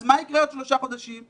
אז מה יקרה עוד שלושה חודשים?